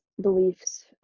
beliefs